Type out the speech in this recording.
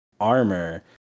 armor